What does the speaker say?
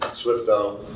swifto.